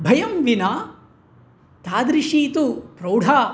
भयं विना तादृशी तु प्रौढा